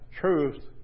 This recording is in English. truth